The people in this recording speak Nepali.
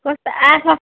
कस्तो आँखा